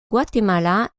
guatemala